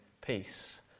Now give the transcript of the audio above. peace